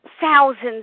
thousands